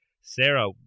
Sarah